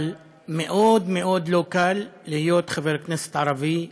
אבל מאוד מאוד לא קל להיות חבר כנסת ערבי בכנסת,